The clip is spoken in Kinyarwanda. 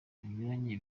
banyuranye